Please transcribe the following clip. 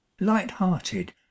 light-hearted